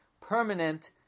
permanent